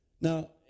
Now